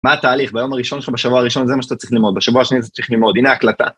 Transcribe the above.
מה התהליך? ביום הראשון שלך בשבוע הראשון זה מה שאתה צריך ללמוד, בשבוע השני זה צריך ללמוד, הנה ההקלטה.